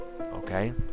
okay